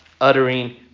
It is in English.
uttering